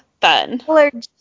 fun